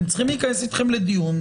הם צריכים להיכנס איתכם לדיון,